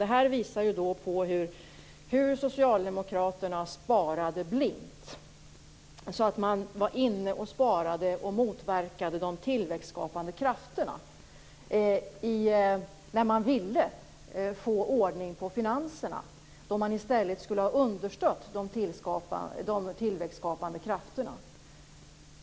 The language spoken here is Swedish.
Det här visar ju då hur socialdemokraterna sparade blint. Man sparade så att man kom att motverka de tillväxtskapande krafterna när man ville få ordning på finanserna, då man i stället skulle ha understött dessa krafter.